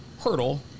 hurdle